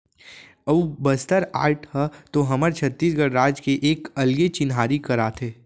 अऊ बस्तर आर्ट ह तो हमर छत्तीसगढ़ राज के एक अलगे चिन्हारी कराथे